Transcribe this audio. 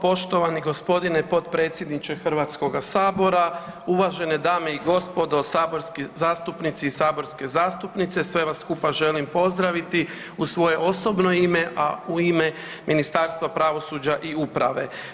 Poštovani gospodine potpredsjedniče Hrvatskoga sabora, uvažene dame i gospodo saborski zastupnici i saborske zastupnice sve vas skupa želim pozdraviti u svoje osobno ime, a u ime Ministarstva pravosuđa i uprave.